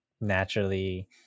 naturally